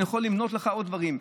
אני יכול למנות לך עוד דברים.